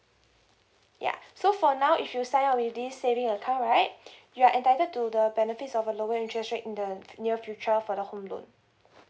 ya so for now if you sign up with this saving account right you are entitled to the benefits of a lower interest rate in the near future for the home loan